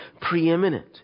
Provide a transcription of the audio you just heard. preeminent